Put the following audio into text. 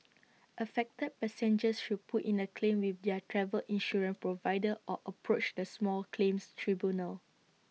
affected passengers should put in A claim with their travel insurance provider or approach the small claims tribunal